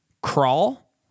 Crawl